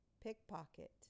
Pickpocket